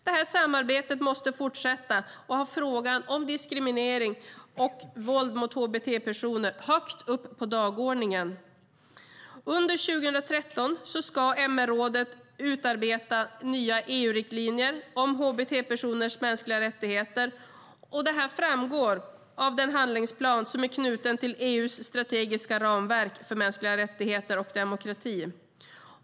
Det här samarbetet måste fortsätta och ha frågan om diskriminering av och våld mot hbt-personer högt upp på dagordningen. Under 2013 ska MR-rådet utarbeta nya EU-riktlinjer för hbt-personers mänskliga rättigheter. Det här framgår av den handlingsplan som är knuten till EU:s strategiska ramverk för mänskliga rättigheter och demokrati.